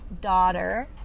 daughter